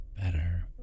better